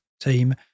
team